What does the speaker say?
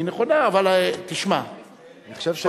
היא נכונה.